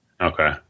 Okay